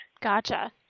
Gotcha